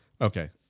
Okay